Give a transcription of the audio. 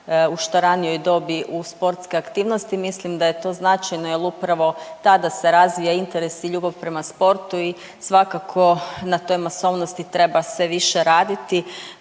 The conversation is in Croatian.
u što ranijoj dobi u sportske aktivnosti. Mislim da je to značajno jer upravo tada se razvija interes i ljubav prema sportu i svakako na toj masovnosti treba sve više raditi.